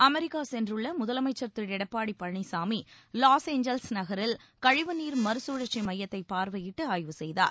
America சென்றுள்ள முதலமைச்சர் Thiru Edappadi Palaniswami Los Angeles நகரில் கழிவுநீர் மறுசுழற்சி மையத்தை பார்வையிட்டு ஆய்வு செய்தார்